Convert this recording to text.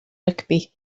rygbi